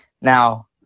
now